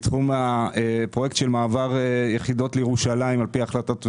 בתחום הפרויקט של מעבר יחידות לירושלים על פי החלטות הממשלה.